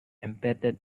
embedded